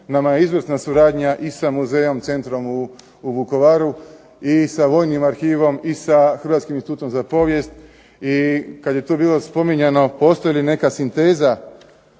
Nama je izvrsna suradnja i sa muzejom centrom u Vukovaru i sa vojnim arhivom, i sa Hrvatskim institutom za povijest, i kad je tu bilo spominjano postoji li neka sinteza